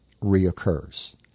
reoccurs